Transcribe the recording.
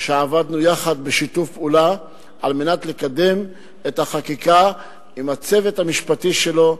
עבדנו יחד בשיתוף פעולה על מנת לקדם את החקיקה עם הצוות המשפטי שלו,